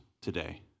today